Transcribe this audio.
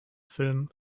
film